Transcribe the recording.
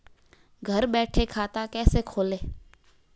घर बैठे खाता कैसे खोलें?